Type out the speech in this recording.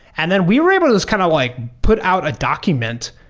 and then we were able to just kind of like put out a document.